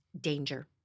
danger